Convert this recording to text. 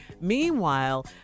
Meanwhile